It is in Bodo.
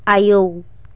आयौ